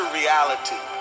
reality